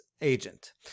agent